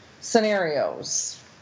scenarios